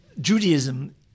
Judaism